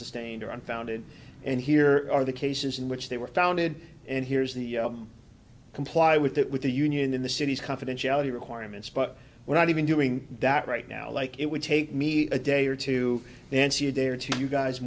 sustained or unfounded and here are the cases in which they were founded and here's the comply with that with the union in the city's confidentiality requirements but we're not even doing that right now like it would take me a day or two and she had there to you guys